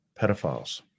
pedophiles